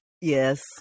Yes